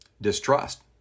distrust